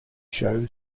show